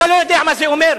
אתה לא יודע מה זה אומר,